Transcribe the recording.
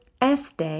este